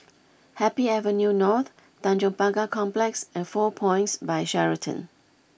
Happy Avenue North Tanjong Pagar Complex and Four Points by Sheraton